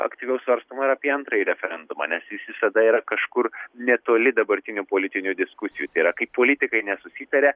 aktyviau svarstoma ir apie antrąjį referendumą nes jis visada yra kažkur netoli dabartinių politinių diskusijų yra kai politikai nesusitaria